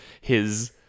his-